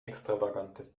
extravagantes